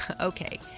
Okay